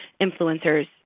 influencers